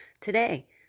today